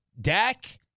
Dak